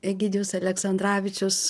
egidijus aleksandravičius